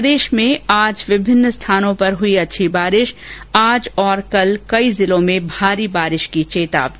प्रदेश में आज विभिन्न स्थानों पर हुई अच्छी बारिश आज और कल कई जिलों में भारी बारिश की चेतावनी